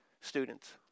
students